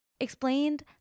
explained